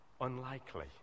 Unlikely